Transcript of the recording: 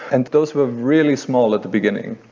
and those were really small at the beginning.